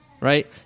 Right